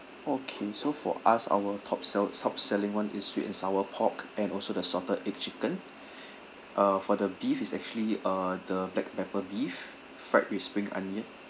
okay so for us our top sell top selling one is sweet and sour pork and also the salted egg chicken uh for the beef is actually uh the black pepper beef fried with spring onions